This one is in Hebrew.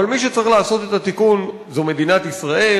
אבל מי שצריך לעשות את התיקון זו מדינת ישראל,